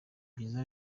byiza